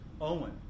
Owen